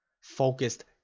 focused